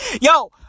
Yo